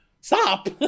Stop